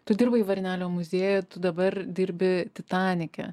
tu dirbai varnelio muziejuj tu dabar dirbi titanike